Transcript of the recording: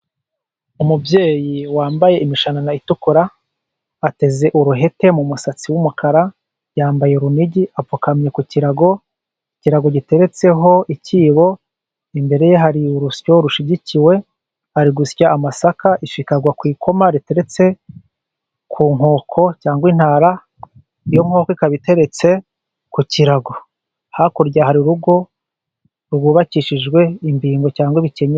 Umubyeyi wambaye imishanana itukura, ateze uruhete mu musatsi w'umukara, yambaye urunigi apfukamye ku kirago. Ikirago giteretseho ikibo, imbere ye hari urusyo rushigikiwe ari gusya amasaka, ifu ikagwa ku ikoma riteretse ku nkoko cyangwa intara, ikaba iteretse ku kirago. Hakurya hari urugo rwubakishijwe imbingo cyangwa ibikenyeri.